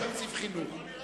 יש תקציב "חינוך".